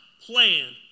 plan